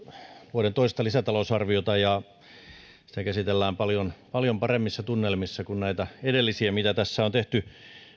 vuoden toista lisätalousarviota ja sitä käsitellään paljon paljon paremmissa tunnelmissa kuin näitä edellisiä joita tässä on tehty